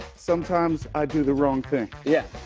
sometimes i do the wrong thing. yeah.